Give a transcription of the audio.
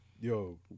Yo